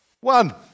One